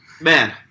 man